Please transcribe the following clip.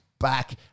back